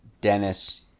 Dennis